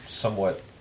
Somewhat